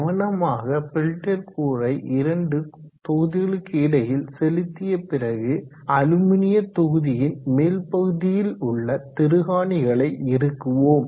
கவனமாக பெல்டியர் கூறை இரண்டு தொகுதிகளுக்கு இடையில் செலுத்திய பிறகு அலுமினிய தொகுதியின் மேல்பகுதியில் உள்ள திருகாணிகளை இறுக்குவோம்